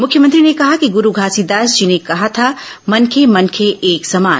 मुख्यमंत्री ने कहा कि गुरू घासीदास जी ने कहा था मनखे मनखे एक समान